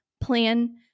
plan